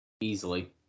easily